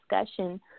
discussion